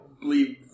believe